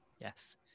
Yes